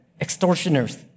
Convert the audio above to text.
extortioners